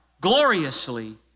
gloriously